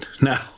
Now